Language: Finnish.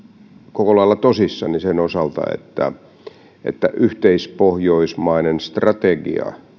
koko lailla tosissani sen osalta että olisi yhteispohjoismainen strategia